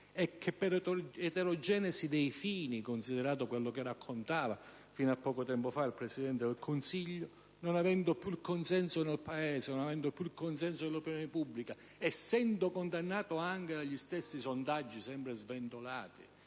e che, per eterogenesi dei fini, considerato quanto raccontava fino a poco tempo fa il Presidente del Consiglio, non avendo più il consenso nel Paese e nell'opinione pubblica, essendo condannato anche dagli stessi sondaggi sempre sventolati